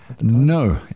No